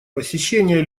посещения